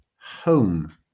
home